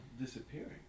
disappearing